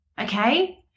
Okay